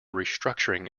restructuring